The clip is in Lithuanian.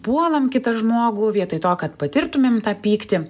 puolam kitą žmogų vietoj to kad patirtumėm tą pyktį